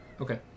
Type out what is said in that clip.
Okay